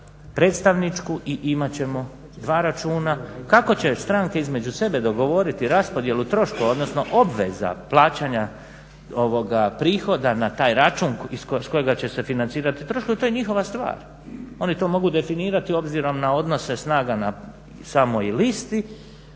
predstavničku i imat ćemo dva računa. Kako će stranke između sebe dogovoriti raspodjelu troškova, odnosno obveza plaćanja prihoda na taj račun iz kojega će se financirati troškovi to je njihova stvar. Oni to mogu definirati obzirom na odnose snaga na samoj listi,